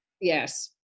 yes